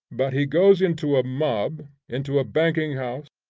but he goes into a mob, into a banking house,